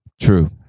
true